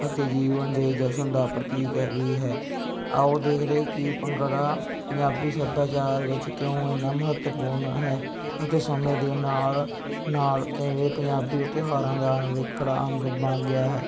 ਅਤੇ ਜੀਵਨ ਦੇ ਜਸ਼ਨ ਦਾ ਪ੍ਰਤੀਕ ਵੀ ਹੈ ਆਓ ਦੇਖਦੇ ਕਿ ਭੰਗੜਾ ਪੰਜਾਬੀ ਸੱਭਿਆਚਾਰ ਵਿੱਚ ਕਿਉਂ ਇੰਨਾ ਮਹੱਤਵਪੂਰਨ ਹੈ ਅਤੇ ਸਮੇਂ ਦੇ ਨਾਲ ਨਾਲ ਕਿਵੇਂ ਪੰਜਾਬੀ ਤਿਉਹਾਰਾਂ ਦਾ ਅਨਿੱਖੜਵਾਂ ਅੰਗ ਬਣ ਗਿਆ ਹੈ